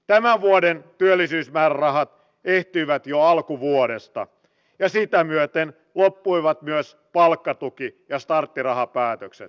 tämän vuoden työllisyysmäärärahat ehtyivät jo alkuvuodesta ja sitä myöten loppuivat myös palkkatuki ja starttirahapäätökset